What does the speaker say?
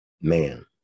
Man